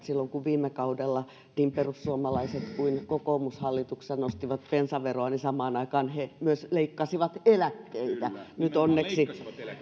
silloin kun viime kaudella niin perussuomalaiset kuin kokoomus hallituksessa nostivat bensaveroa samaan aikaan he myös leikkasivat eläkkeitä nyt onneksi